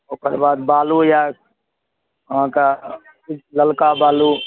ओकर बाद बालू यऽ अहाँकेँ ललका बालू